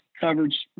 coverage